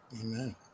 Amen